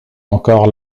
encore